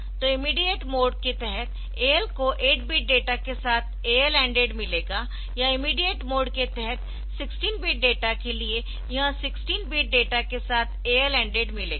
तो immediate mode के तहत AL को 8 बिट डेटा के साथ AL एंडेड मिलेगा या इमीडियेट मोड के तहत 16 बिट डेटा के लिए यह 16 बिट डेटा के साथ AL एंडेड मिलेगा